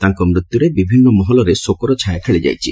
ତାଙ୍କ ମୃତ୍ୟରେ ବିଭିନ୍ତ ମହଲରେ ଶୋକର ଛାୟା ଖେଳିଯାଇଛି